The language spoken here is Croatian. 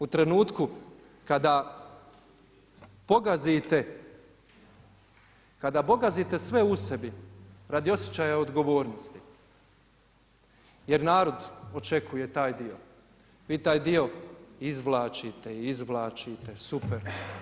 U trenutku, kada pogazite sve u sebi radi osjećaja odgovornosti, jer narod očekuje taj dio, vi taj dio izvlačite i izvlačite, super.